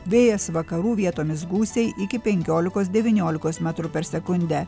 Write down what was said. vėjas vakarų vietomis gūsiai iki penkiolikos devyniolikos metrų per sekundę